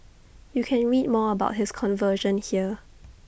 you can read more about his conversion here